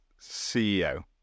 CEO